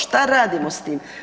Šta radimo s tim?